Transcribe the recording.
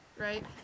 Right